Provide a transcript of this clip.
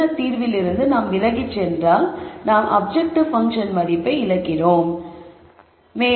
இந்த தீர்விலிருந்து நாம் விலகிச் சென்றால் நாம் அப்ஜெக்ட்டிவ் பன்ஃசன் மதிப்பை இழக்கிறோம் என்பதைக் காணலாம்